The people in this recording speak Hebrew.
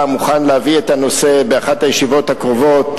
מוכן להביא את הנושא באחת הישיבות הקרובות,